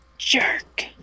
Jerk